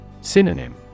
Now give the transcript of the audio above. Synonym